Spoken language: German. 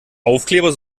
aufkleber